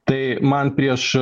tai man prieš